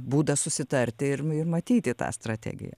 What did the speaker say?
būdas susitarti ir ir matyti tą strategiją